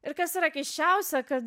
ir kas yra keisčiausia kad